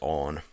on